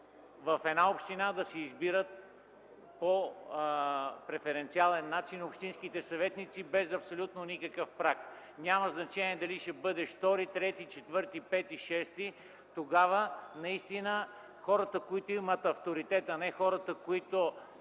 в една община да се избират по преференциален начин общинските съветници, без абсолютно никакъв праг. Няма значение дали ще бъдеш втори, трети, четвърти, пети, шести. Тогава наистина хората, които имат авторитет, а не хората, които